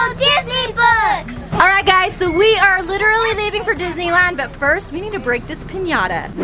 um disney books! alright guys, so we are literally leaving for disneyland but first we need to break this pinata.